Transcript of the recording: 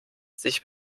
sich